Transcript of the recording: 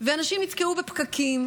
אנשים נתקעו בפקקים.